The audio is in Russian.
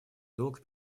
долг